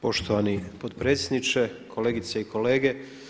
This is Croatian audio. Poštovani potpredsjedniče, kolegice i kolege!